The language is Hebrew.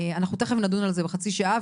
אנחנו תכף נדון על זה בחצי שעה.